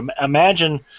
Imagine